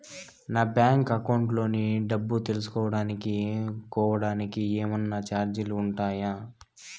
నా bank account లోని డబ్బు తెలుసుకోవడానికి కోవడానికి ఏమన్నా చార్జీలు ఉంటాయా?